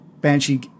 Banshee